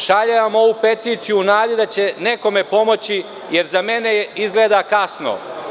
Šaljem vam ovu peticiju u nadi da će nekome pomoći jer za mene je izgleda kasno.